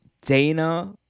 Dana